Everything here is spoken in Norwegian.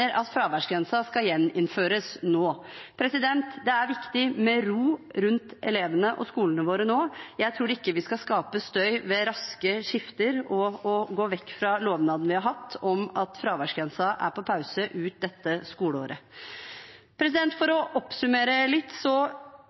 at fraværsgrensen skal gjeninnføres nå. Det er viktig med ro rundt elevene og skolene våre nå. Jeg tror ikke vi skal skape støy ved raske skifter og ved å gå vekk fra lovnadene vi har hatt om at fraværsgrensen er på pause ut dette skoleåret. For å oppsummere litt: